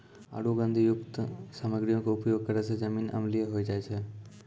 आरु गंधकयुक्त सामग्रीयो के उपयोग करै से जमीन अम्लीय होय जाय छै